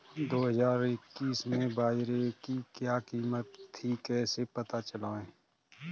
दो हज़ार इक्कीस में बाजरे की क्या कीमत थी कैसे पता लगाएँ?